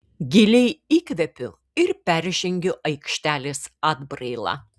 giliai įkvepiu ir peržengiu aikštelės atbrailą